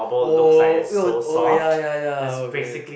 oh oh oh ya ya ya okay